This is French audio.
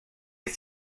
est